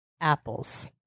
apples